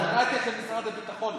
ביורוקרטיה של משרד הביטחון,